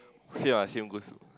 same ah same goes to